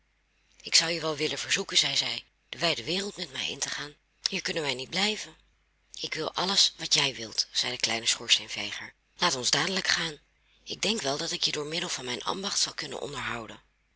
ik zou je wel willen verzoeken zeide zij de wijde wereld met mij in te gaan want hier kunnen wij niet blijven ik wil alles wat jij wilt zei de kleine schoorsteenveger laat ons dadelijk gaan ik denk wel dat ik je door middel van mijn ambacht zal kunnen onderhouden